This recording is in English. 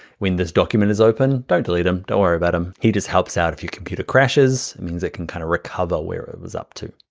this document is opened, don't delete him. don't worry about him. he just helps out. if your computer crashes, it means it can kinda recover where it was up to.